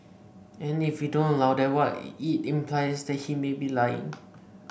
and if we don't allow that what it implies is that he may be lying